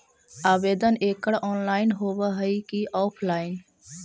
आवेदन एकड़ ऑनलाइन होव हइ की ऑफलाइन?